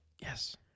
Yes